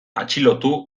atxilotu